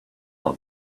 are